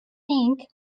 think